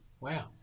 Wow